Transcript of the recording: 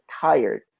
tired